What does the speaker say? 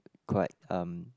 quite um